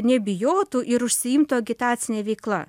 nebijotų ir užsiimtų agitacine veikla